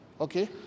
okay